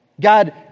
God